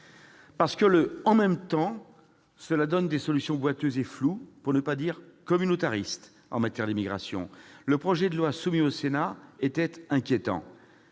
Parce que le « en même temps » donne des solutions boiteuses et floues, pour ne pas dire communautaristes, en matière d'immigration, le projet de loi soumis au Sénat était inquiétant.